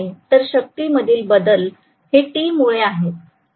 तर शक्ती मधील बदल हे T मुळे आहेत